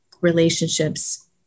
relationships